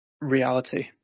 reality